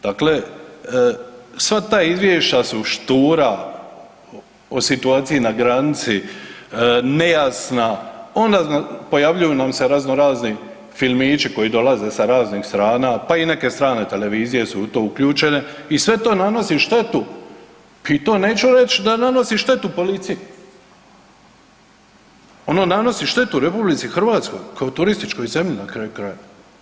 Dakle, sva ta izvješća su štura o situaciji na granici, nejasna onda pojavljuju nam se razno razni filmići koji dolaze sa raznih strana, pa i neke strane televizije su u to uključene i sve to nanosi štetu i to neću reći da nanosi štetu policiji, ono nanosi štetu RH kao turističkoj zemlji na kraju krajeva.